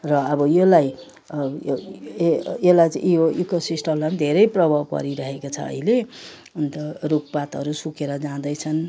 र अब यल्लाई यसलाई चाहिँ यो इकोसिस्टमलाई पनि धेरै प्रभाव परिरहेको छ अहिले अन्त रूख पातहरू सुकेर जाँदैछन्